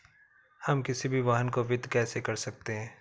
हम किसी भी वाहन को वित्त कैसे कर सकते हैं?